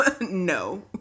No